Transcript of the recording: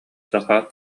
захар